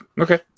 Okay